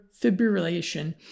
fibrillation